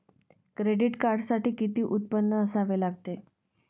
Credit कार्डसाठी किती उत्पन्न असावे लागते?